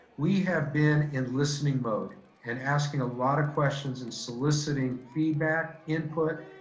we have been in listening mode and asking a lot of questions and soliciting feedback, input